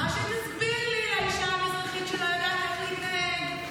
תסביר לי, לאישה המזרחית, שלא יודעת איך להתנהג.